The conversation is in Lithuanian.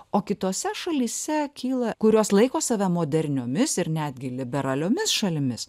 o kitose šalyse kyla kurios laiko save moderniomis ir netgi liberaliomis šalimis